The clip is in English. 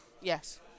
yes